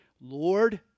Lord